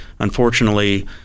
Unfortunately